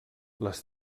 les